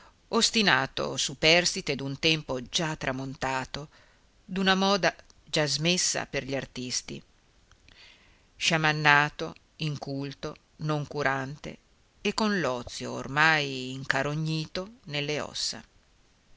ostinato superstite d'un tempo già tramontato d'una moda già smessa tra gli artisti sciamannato inculto noncurante e con l'ozio ormai incarognito nelle ossa